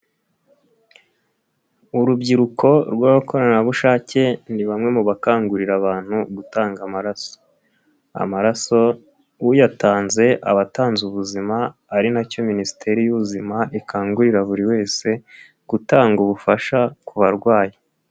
Urubyiruko rw'abakorerabushake ni bamwe mu bakangurira abantu gutangara amaraso, uyatanze abatanze ubuzima, ari nacyo Minisiteri y'Ubuzima ikangurira buri wese gutanga ubufasha ku barwayi.